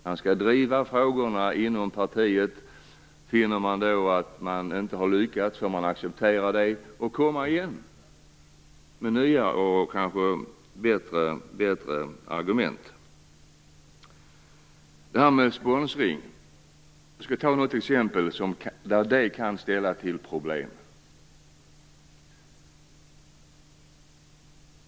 Man skall driva frågorna inom partiet. Finner man då att man inte har lyckats får man acceptera det och komma igen med nya och kanske bättre argument. Jag skall ta något exempel på när det här med sponsring kan ställa till problem.